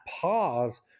pause